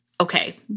okay